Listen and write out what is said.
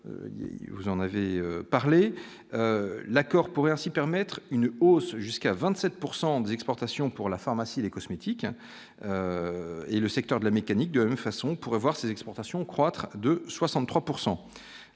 vous en avez parlé, l'accord pourrait ainsi permettre une hausse jusqu'à 27 pourcent des exportations pour la pharmacie, les cosmétiques et le secteur de la mécanique de façon voir ses exportations croître de 63